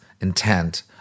intent